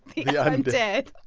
the undead